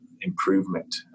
improvement